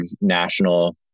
national